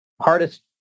hardest